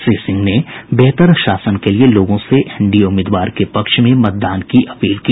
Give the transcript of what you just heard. श्री सिंह ने बेहतर शासन के लिए लोगों से एनडीए उम्मीदवार के पक्ष में मतदान की अपील की